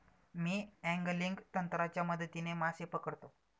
मी angling तंत्राच्या मदतीने मासे पकडतो